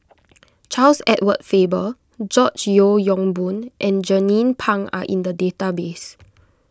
Charles Edward Faber George Yeo Yong Boon and Jernnine Pang are in the database